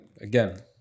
again